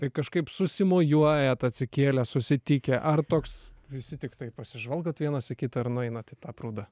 kažkaip susimojuojat atsikėlę susitikę ar toks visi tiktai pasižvalgot vienas į kitą ar nueinat į tą prūdą